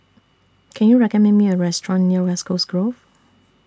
Can YOU recommend Me A Restaurant near West Coast Grove